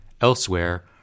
Elsewhere